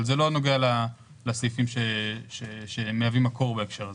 אבל זה לא נוגע לסעיפים שמהווים מקור בהקשר הזה.